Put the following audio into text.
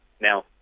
Now